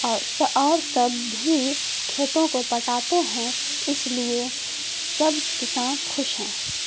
اور اور سب بھی کھیتوں کو پٹاتے ہیں اس لیے سب کسان خوش ہیں